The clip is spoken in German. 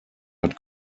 hat